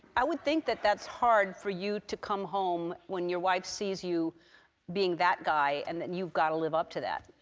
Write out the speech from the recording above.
i would think that that's hard for you to come home when your wife sees you being that guy and you've got to live up to that.